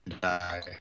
die